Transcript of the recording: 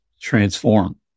transform